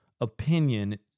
opinion